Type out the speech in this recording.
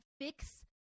fix